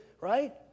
right